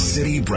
City